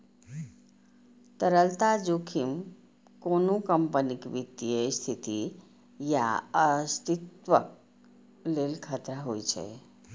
तरलता जोखिम कोनो कंपनीक वित्तीय स्थिति या अस्तित्वक लेल खतरा होइ छै